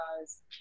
guys